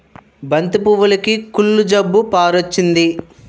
బంతి పువ్వులుకి కుళ్ళు జబ్బు పారొచ్చింది